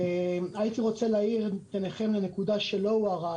הייתי רוצה להאיר את עיניכם בנקודה שלא הוארה